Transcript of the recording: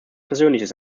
persönliches